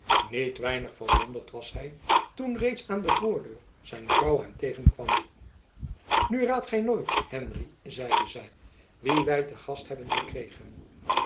niet weinig verwonderd was hy toen reeds aan de voordeur zijn vrouw hem tegenkwam nu raadt gy nooit henry zeide zy wie wy te gast hebben gekregen